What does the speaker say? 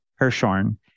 Hershorn